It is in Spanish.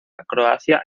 croacia